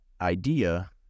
idea